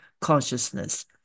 consciousness